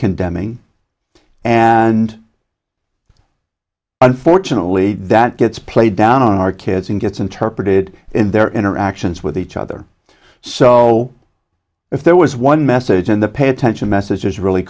condemning and unfortunately that gets played down on our kids and gets interpreted in their interactions with each other so if there was one message and the pay attention message is really